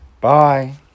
Bye